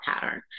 pattern